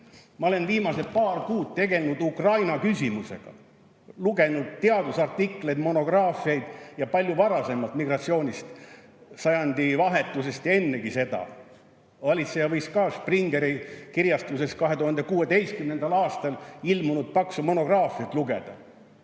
ma olen viimased paar kuud tegelenud Ukraina küsimusega, lugenud teadusartikleid, monograafiaid, ka palju varasemast migratsioonist, sajandivahetusest ja veel enne seda. Valitseja võiks ka Springeri kirjastuses 2016. aastal ilmunud paksu monograafiat lugeda